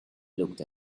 looked